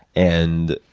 and,